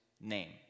name